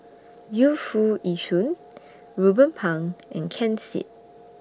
Yu Foo Yee Shoon Ruben Pang and Ken Seet